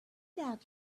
that